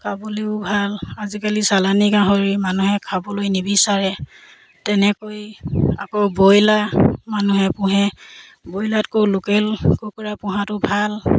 খাবলৈও ভাল আজিকালি চালানী গাহৰি মানুহে খাবলৈ নিবিচাৰে তেনেকৈ আকৌ বইলা মানুহে পোহে ব্ৰইলাতকৈ লোকেল কুকুৰা পোহাটো ভাল